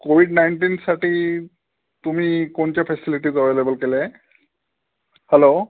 Covid नाईनटीनसाठी तुम्ही कोणच्या फॅसिलिटीज अवलेबल केल्या आहेत हलोव